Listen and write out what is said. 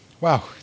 wow